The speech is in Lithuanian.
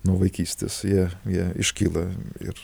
nuo vaikystės jie jie iškyla ir